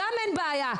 גם אין בעיה.